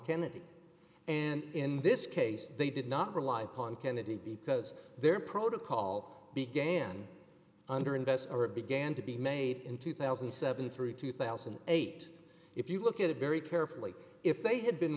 kennedy and in this case they did not rely upon kennedy because their protocol began under invest or began to be made in two thousand and seven through two thousand and eight if you look at it very carefully if they had been